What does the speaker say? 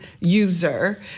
user